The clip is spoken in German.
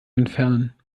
entfernen